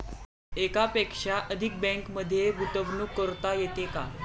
एकापेक्षा अधिक बँकांमध्ये गुंतवणूक करता येते का?